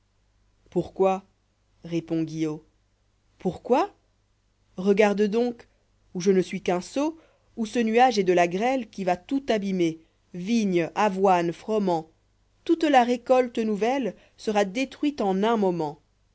pourquoi répond guillot pourquoi regarde donc ou je ne suis qu'un sot ou ce nuage est de la grêle qui va tout abîmer vigne avoine froment toute la récolte nouvelle sera détruite en un moment